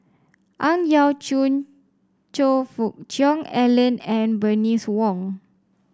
Ang Yau Choon Choe Fook Cheong Alan and Bernice Wong